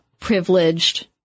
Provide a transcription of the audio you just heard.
privileged